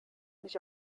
nicht